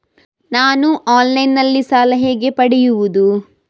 ನಾನು ಆನ್ಲೈನ್ನಲ್ಲಿ ಸಾಲ ಹೇಗೆ ಪಡೆಯುವುದು?